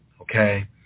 Okay